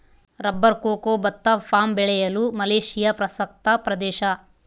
rubber cocoa ಭತ್ತ palm ಬೆಳೆಯಲು Malaysia ಪ್ರಸಕ್ತ ಪ್ರದೇಶ